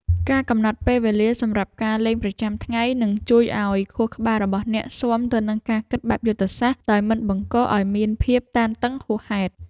ការកំណត់ពេលវេលាសម្រាប់ការលេងប្រចាំថ្ងៃនឹងជួយឱ្យខួរក្បាលរបស់អ្នកស៊ាំទៅនឹងការគិតបែបយុទ្ធសាស្ត្រដោយមិនបង្កឱ្យមានភាពតានតឹងហួសហេតុ។